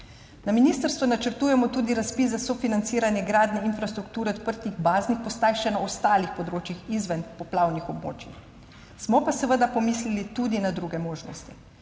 Na ministrstvu načrtujemo tudi razpis za sofinanciranje gradnje infrastrukture odprtih baznih postaj še na ostalih področjih izven poplavnih območij, smo pa seveda pomislili tudi na druge možnosti.